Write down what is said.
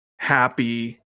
happy